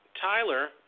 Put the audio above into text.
Tyler